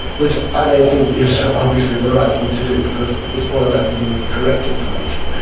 which i don't think is obviously the right thing to do because it's all about giving the correct information.